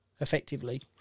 effectively